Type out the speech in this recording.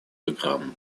программу